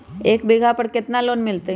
एक बीघा पर कितना लोन मिलता है?